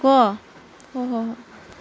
ꯀꯣ ꯍꯣꯏ ꯍꯣꯏ ꯍꯣꯏ